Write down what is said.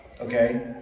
Okay